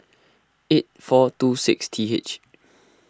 eight four two six T H